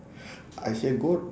I say good